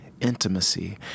intimacy